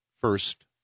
first